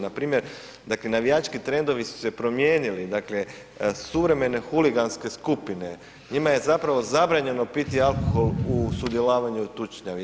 Npr. dakle navijački trendovi su se promijenili, dakle suvremene huliganske skupine, njima je zapravo zabranjeno piti alkohol u sudjelovanju i tučnjavi.